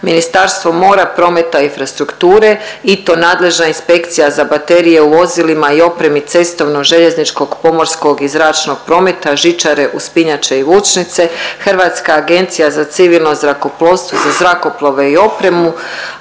Ministarstvo mora, prometa i infrastrukture i to nadležna inspekcija za baterije u vozilima i opremi cestovno, željezničkog, pomorskog i zračnog prometa, žičare, uspinjače i vučnice, Hrvatska agencija za civilno zrakoplovstvo za zrakoplove i opremu,